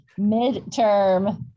midterm